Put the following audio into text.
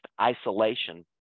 isolation